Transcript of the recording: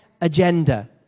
agenda